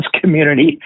community